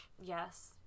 Yes